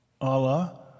Allah